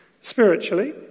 Spiritually